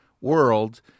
world